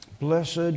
Blessed